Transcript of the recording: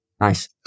Nice